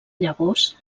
llavors